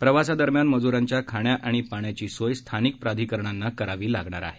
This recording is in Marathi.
प्रवासादरम्यान मज्रांच्या खाण्या आणि पाण्याची सोय स्थानिक प्राधिकरणांना करावी लागणार आहे